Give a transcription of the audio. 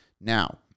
Now